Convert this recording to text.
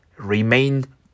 remain